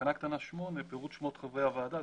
בתקנה קטנה (8) פירוט שמות חברי הוועדה,